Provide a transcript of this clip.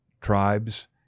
tribes